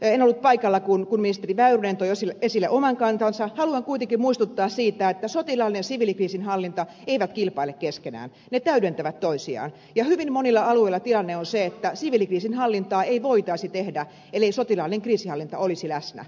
en ollut paikalla kun ministeri väyrynen toi esille oman kantansa mutta haluan kuitenkin muistuttaa siitä että sotilaallinen ja siviilikriisinhallinta eivät kilpaile keskenään ne täydentävät toisiaan ja hyvin monilla aloilla tilanne on se että siviilikriisinhallintaa ei voitaisi tehdä ellei sotilaallinen kriisinhallinta olisi läsnä